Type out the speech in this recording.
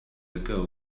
ago